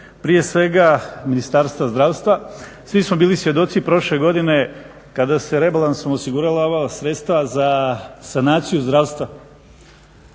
prije svega Ministarstva zdravstva. Svi smo bili svjedoci prošle godine kada su se rebalansom osigurala ova sredstva za sanaciju zdravstva.